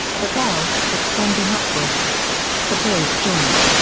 the bell, extending upward the bass joint,